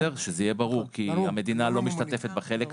שזה יהיה ברור, כי המדינה לא משתתפת בחלק הזה.